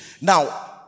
Now